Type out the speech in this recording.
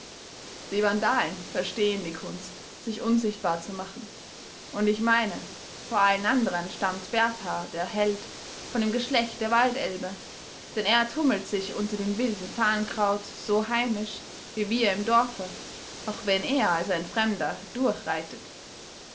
die vandalen verstehen die kunst sich unsichtbar zu machen und ich meine vor allen anderen stammt berthar der held von dem geschlecht der waldelbe denn er tummelt sich unter dem wilden farnkraut so heimisch wie wir im dorfe auch wenn er als ein fremder durchreitet